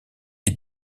est